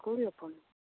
ᱠᱩᱲᱤ ᱦᱚᱯᱚᱱ